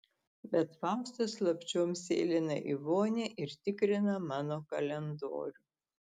bet faustas slapčiom sėlina į vonią ir tikrina mano kalendorių